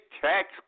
tax